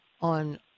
on